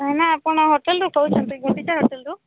ଭାଇନା ଆପଣ ହୋଟେଲରୁ କହୁଛନ୍ତି ଗୁଣ୍ଡିଚା ହୋଟେଲରୁ